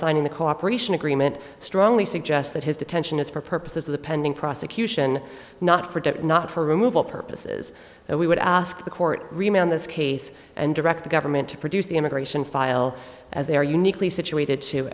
signing the cooperation agreement strongly suggest that his detention is for purposes of the pending prosecution not for debt not for removal purposes that we would ask the court remain on this case and direct the government to produce the immigration file as they are uniquely situated to